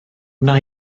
wna